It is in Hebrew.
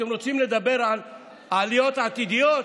אתם רוצים לדבר על עליות עתידיות,